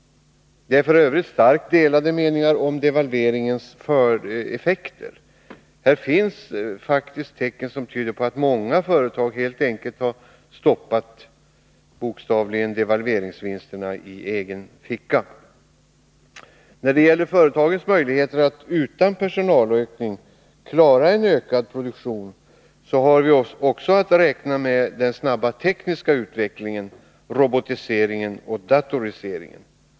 Det råder f. ö. starkt delade meningar om devalveringens effekter. Här finns faktiskt tecken som tyder på att många företag helt enkelt bokstavligen har stoppat devalveringsvinsterna i egen ficka. Vad beträffar företagens möjligheter att utan personalökning klara en ökad produktion har vi också att räkna med den snabba tekniska utvecklingen, robotiseringen och datoriseringen.